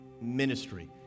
ministry